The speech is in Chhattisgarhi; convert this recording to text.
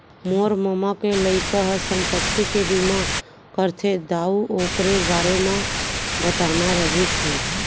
मोर ममा के लइका ह संपत्ति के बीमा करथे दाऊ,, ओकरे बारे म बताना रहिस हे